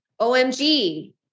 OMG